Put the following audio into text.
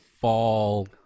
fall